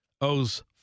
owes